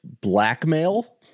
blackmail